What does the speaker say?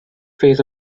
phase